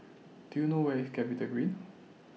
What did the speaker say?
Do YOU know Where IS Capitagreen